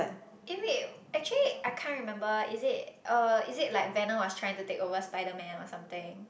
eh wait actually I can't remember is it uh is it like venom was trying to take over Spiderman or something